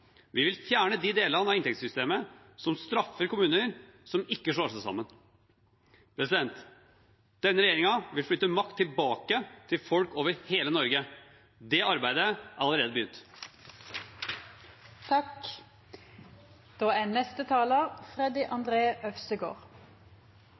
Vi vil fjerne de delene av inntektssystemet som straffer kommuner som ikke slår seg sammen. Denne regjeringen vil flytte makt tilbake til folk over hele Norge. Det arbeidet er allerede